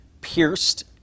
pierced